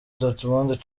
dortmund